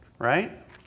Right